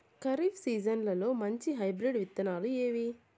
ఖరీఫ్ సీజన్లలో మంచి హైబ్రిడ్ విత్తనాలు ఏవి